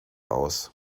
aus